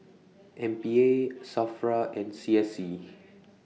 M P A SAFRA and C S C